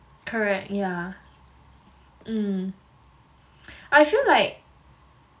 correct yeah mm I feel like